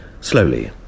slowly